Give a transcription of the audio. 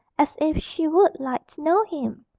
as if she would like to know him.